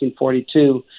1942